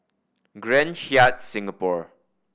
Grand Hyatt Singapore